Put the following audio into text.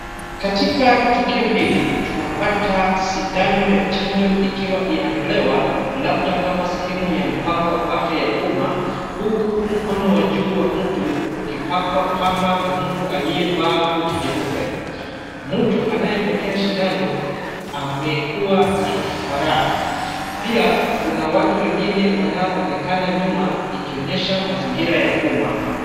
Katika tukio hili tunapata sindano ya chanjo ikiwa inatolewa labda kama sehemu ya mpango wa afya ya umma huku mkono wa juu wa mtu ukipakwa pamba na mtu aliyevaa koti jeupe. Mtu anayepokea sindano amekuwa ni kipara. Pia kuna watu wengine wanaoonekana nyuma ikionyesha mazingira ya umma.